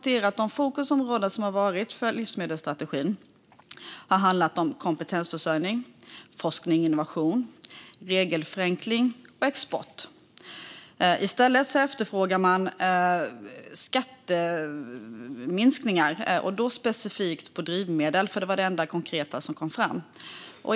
Fokusområdena för livsmedelsstrategin har varit kompetensförsörjning, forskning och innovation, regelförenkling och export. I stället efterfrågar man skattesänkningar, specifikt på drivmedel. Det var det enda konkreta som kom fram.